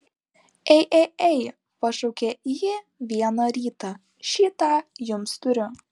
ei ei ei pašaukė ji vieną rytą šį tą jums turiu